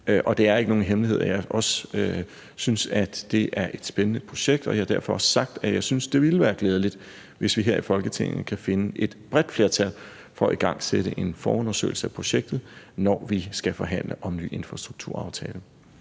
Det er ikke nogen hemmelighed, at jeg også synes, at det er et spændende projekt, og jeg har derfor også sagt, at jeg synes, det vil være glædeligt, hvis vi her i Folketinget kan finde et bredt flertal for at igangsætte en forundersøgelse af projektet, når vi skal forhandle om en ny infrastrukturaftale.